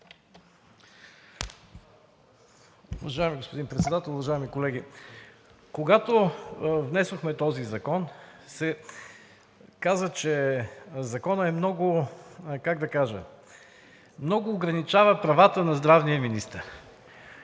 Уважаеми господин Председател, уважаеми колеги! Когато внесохме този закон, се каза, че Законът, как да кажа, много ограничава правата на здравния министър.